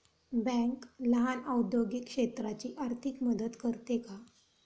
Bank लहान औद्योगिक क्षेत्राची आर्थिक मदत करते का?